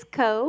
co